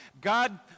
God